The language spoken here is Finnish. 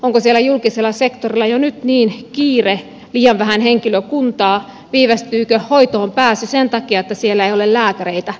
onko siellä julkisella sektorilla jo nyt niin kiire liian vähän henkilökuntaa viivästyykö hoitoon pääsy sen takia että siellä ei ole lääkäreitä